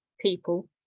people